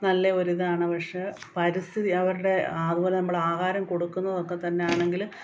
നല്ല ഒരിതാണ് പക്ഷെ പരിസ്ഥിതി അവരുടെ അതുപോലെ നമ്മള് ആഹാരം കൊടുക്കുന്നതൊക്കെത്തന്നെ ആണെങ്കില്